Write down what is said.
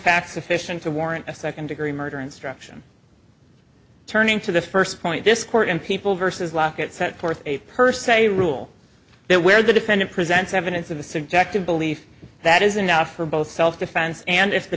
fact sufficient to warrant a second degree murder instruction turning to the first point this court in people versus lockett set forth a per se rule that where the defendant presents evidence of a subjective belief that is enough for both self defense and if the